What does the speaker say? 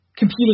Competing